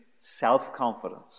self-confidence